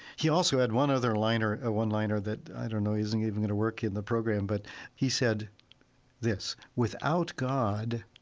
he also had one other one-liner one-liner that i don't know isn't even going to work in the program, but he said this without god,